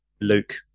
Luke